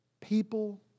People